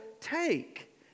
take